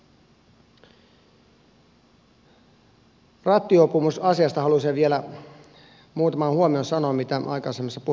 tästä rattijuopumusasiasta haluaisin vielä sanoa muutaman huomion mitä aikaisemmassa puheenvuorossani en ehtinyt kertoa